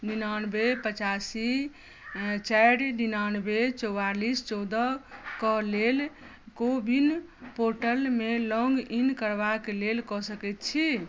निनानबे पचासी चारि निनानबे चौवालीस चौदह कऽ लेल को विन पोर्टल मे लॉग इन करबाक लेल कऽ सकैत छी